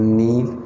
need